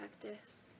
practice